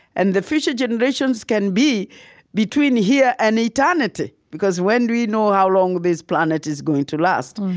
and the future generations can be between here and eternity because when we know how long this planet is going to last.